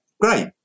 great